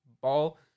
ball